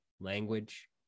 language